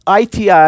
ITI